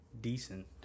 decent